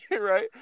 right